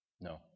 No